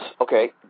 okay